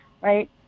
right